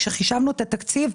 של התקציב,